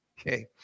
Okay